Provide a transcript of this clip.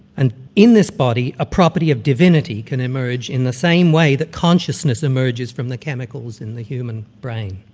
and in this body a property of divinity can emerge in the same way that consciousness emerges from the tentacles in the human brain.